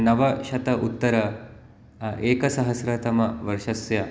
नवशत उत्तर एकसहस्रतमवर्षस्य